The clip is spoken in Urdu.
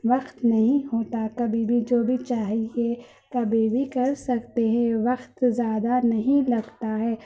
وقت نہیں ہوتا کبھی بھی جو بھی چاہیے کبھی بھی کر سکتے ہیں وقت زیادہ نہیں لگتا ہے